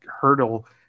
hurdle